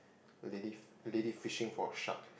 a lady a lady fishing for shark